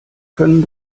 können